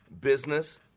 business